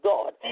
God